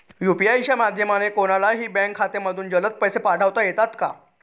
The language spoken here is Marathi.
यू.पी.आय च्या माध्यमाने कोणलाही बँक खात्यामधून जलद पैसे पाठवता येतात का?